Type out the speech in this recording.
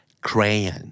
Crayon